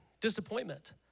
disappointment